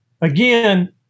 again